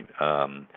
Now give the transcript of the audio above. right